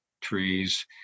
trees